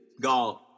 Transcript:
golf